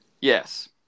Yes